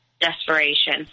desperation